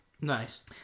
Nice